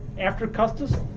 after custis,